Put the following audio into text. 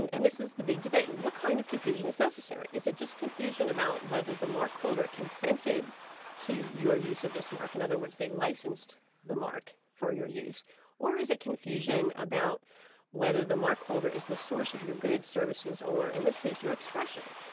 and and this is the big debate. what kind of confusion is necessary? is it just confusion about whether the mark holder consented to your use of this mark? in and other words, they licensed the mark for your use or is it confusion about whether the mark holder is the source of your goods, services or in this case, your expression?